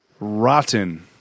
rotten